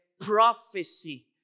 prophecy